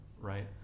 right